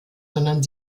sondern